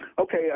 Okay